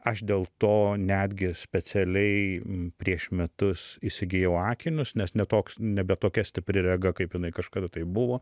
aš dėl to netgi specialiai prieš metus įsigijau akinius nes ne toks nebe tokia stipri rega kaip jinai kažkada tai buvo